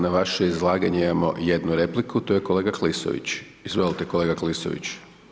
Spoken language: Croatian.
Na vaše izlaganje imamo 1 repliku, to je kolega Klisović, izvolite kolega Klisović.